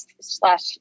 slash